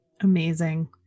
amazing